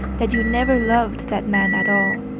that you never loved that man at all.